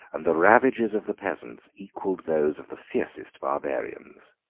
and the ravages of the peasants equalled those of the fiercest barbarians.